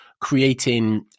creating